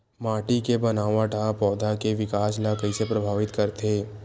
माटी के बनावट हा पौधा के विकास ला कइसे प्रभावित करथे?